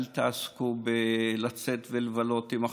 אל תעסקו בלצאת ולבלות עם החבר'ה,